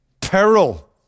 peril